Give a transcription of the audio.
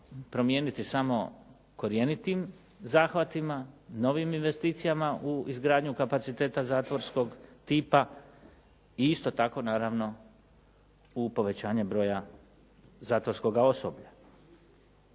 promijeniti samo korjenitim zahvatima, novim investicijama u izgradnji kapaciteta zatvorskog tipa i isto tako naravno u povećanje broja zatvorskoga osoblja.